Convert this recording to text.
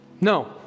No